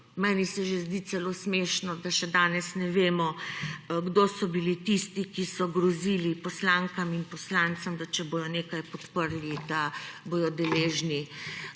meni se že zdi celo smešno, da še danes ne vemo kdo so bili tisti, ki so grozili poslankam in poslancem, da če bodo nekaj podprli, da bodo deležni